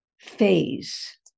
phase